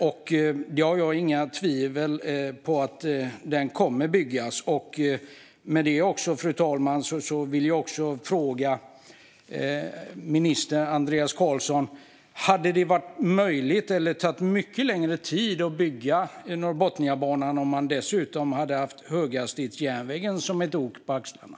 Jag tvivlar inte heller på att den kommer att byggas. Fru talman! Med det sagt vill jag fråga infrastrukturminister Andreas Carlson om det hade varit möjligt eller om det hade tagit mycket längre tid att bygga Norrbotniabanan om man dessutom hade haft höghastighetsjärnvägen som ett ok över axlarna.